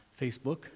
facebook